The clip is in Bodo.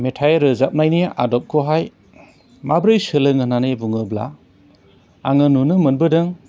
मेथाइ रोजाबनायनि आदबखौहाय माब्रै सोलोङो होननानै बुङोब्ला आङो नुनो मोनबोदों